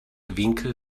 winkel